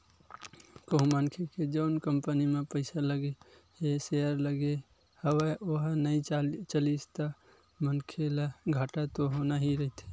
कहूँ मनखे के जउन कंपनी म पइसा लगे हे सेयर लगे हवय ओहा नइ चलिस ता मनखे ल घाटा तो होना ही रहिथे